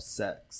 sex